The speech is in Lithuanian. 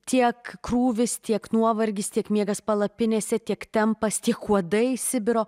tiek krūvis tiek nuovargis tiek miegas palapinėse tiek tempas tiek uodai sibiro